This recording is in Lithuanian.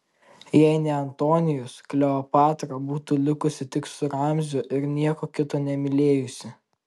jei ne antonijus kleopatra būtų likusi tik su ramziu ir nieko kito nemylėjusi